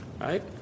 Right